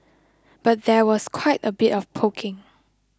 but there was quite a bit of poking